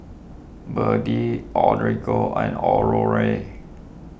Birdie and Aurore